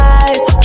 eyes